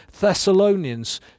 Thessalonians